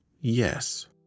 Yes